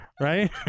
right